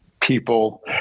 people